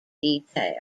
detailed